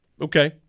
Okay